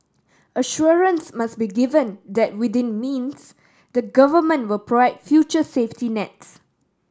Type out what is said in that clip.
assurance must be given that within means the Government will provide future safety nets